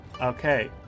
okay